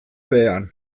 behean